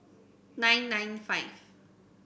nine nine five